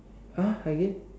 !huh! again